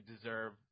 deserve